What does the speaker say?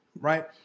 Right